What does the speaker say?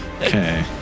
Okay